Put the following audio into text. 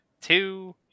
two